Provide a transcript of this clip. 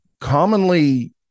commonly